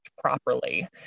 properly